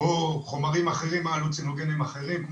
או חומרים אחרים הלוצינוגנים אחרים,